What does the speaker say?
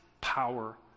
power